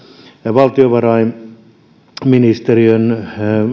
valtiovarainministeriön